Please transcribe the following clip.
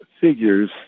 figures